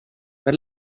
per